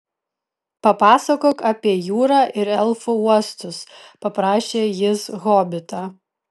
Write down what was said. papasakok apie jūrą ir elfų uostus paprašė jis hobitą